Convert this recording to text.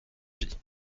pis